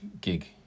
gig